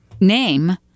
name